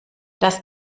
dass